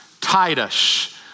Titus